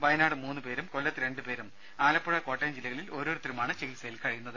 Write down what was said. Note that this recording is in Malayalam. വയനാട് മൂന്ന് പേരും കൊല്ലത്ത് രണ്ട് പേരും ആലപ്പുഴ കോട്ടയം ജില്ലകളിൽ ഓരോരുത്തരുമാണ് ചികിത്സയിലുള്ളത്